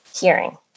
hearing